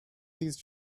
these